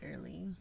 early